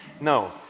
No